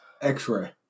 X-ray